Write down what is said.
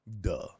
Duh